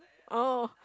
oh